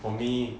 for me